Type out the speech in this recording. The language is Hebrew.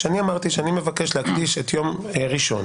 אני אמרתי שאני מבקש להקדיש את יום ראשון